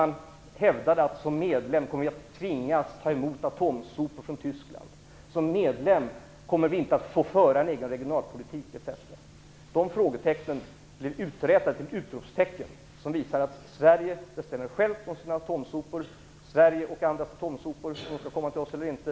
Man frågade exempelvis om det var önskvärt att Sverige skulle komma att tvingas att ta emot atomsopor från Tyskland och om Sverige som medlem inte skulle komma att få föra en egen regionalpolitik, vilket man hävdade. Utropstecknen står för att Sverige bestämmer självt om sina atomsopor och om ifall andra länders atomsopor skall komma till Sverige eller inte.